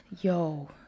yo